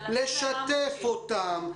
לשתף אותם,